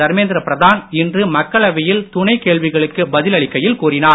தர்மேந்திர பிரதான் இன்று மக்களவையில் துணை கேள்விகளுக்கு பதிலளிக்கையில் கூறினார்